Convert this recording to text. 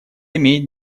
имеет